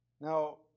Now